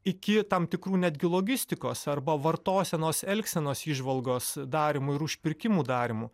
iki tam tikrų netgi logistikos arba vartosenos elgsenos įžvalgos darymo ir užpirkimų darymo